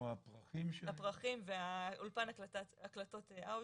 הפרחים ואולפן הקלטות אודיו.